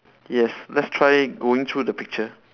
yes let's try going through the picture